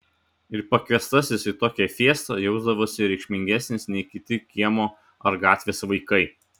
ir pakviestasis į tokią fiestą jausdavosi reikšmingesnis nei kiti kiemo ar gatvės vaikai